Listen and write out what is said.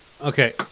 Okay